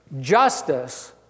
justice